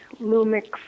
Lumix